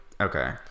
okay